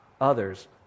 others